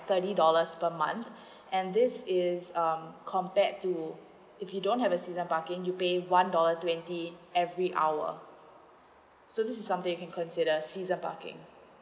thirty dollars per month and this is um compared to if you don't have a season parking you pay one dollar twenty every hour so this is something you can consider season parking